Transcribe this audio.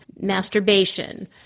masturbation